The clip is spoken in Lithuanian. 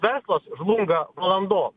verslas žlunga valandom